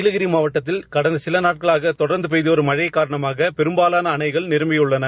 நீலகிரி மாவட்டத்தில் கடந்த சில நாட்களாக பெய்துவரும் தொடர் மனழ காரணமாக பெரும்பாலான அனைகள் நிரம்பியுள்ளன